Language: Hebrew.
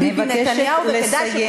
אני מבקשת לסיים,